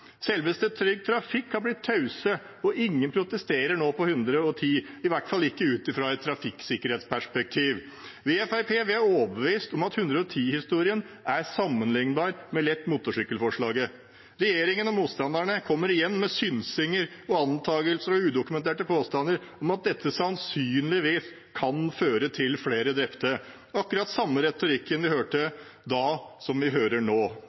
Trygg Trafikk har blitt tause, og ingen protesterer nå på 110, i hvert fall ikke ut ifra et trafikksikkerhetsperspektiv. Vi i Fremskrittspartiet er overbevist om at 110-historien er sammenlignbar med lett motorsykkelforslaget. Regjeringen og motstanderne kommer igjen med synsinger, antakelser og udokumenterte påstander om at dette sannsynligvis kan føre til flere drepte. Akkurat den samme retorikken hørte vi da som vi hører nå.